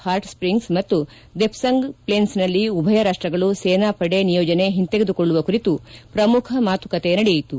heart springs ಮತ್ತು ದೆಪ್ಲಂಗ್ ಫ್ಲೇನ್ಸ್ನಲ್ಲಿ ಉಭಯ ರಾಷ್ಟಗಳು ಸೇನಾಪಡೆ ನಿಯೋಜನೆ ಹಿಂತೆಗೆದುಕೊಳ್ಳುವ ಕುರಿತು ಪ್ರಮುಖ ಮಾತುಕತೆ ನಡೆಯಿತು